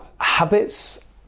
habits